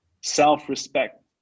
self-respect